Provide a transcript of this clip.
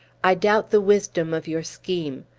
i doubt the wisdom of your scheme.